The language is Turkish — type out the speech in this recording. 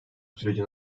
sürecin